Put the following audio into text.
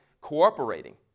cooperating